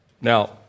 Now